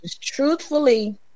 truthfully